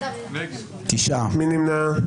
מי נמנע?